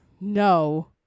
No